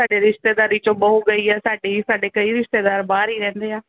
ਸਾਡੇ ਰਿਸ਼ਤੇਦਾਰੀ 'ਚੋਂ ਬਹੂ ਗਈ ਹੈ ਸਾਡੀ ਸਾਡੇ ਕਈ ਰਿਸ਼ਤੇਦਾਰ ਬਾਹਰ ਹੀ ਰਹਿੰਦੇ ਆ